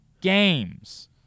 games